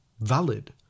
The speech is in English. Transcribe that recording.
valid